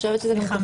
זה מוסדר